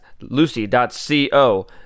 Lucy.co